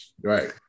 Right